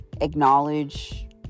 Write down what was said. acknowledge